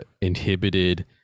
inhibited